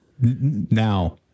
now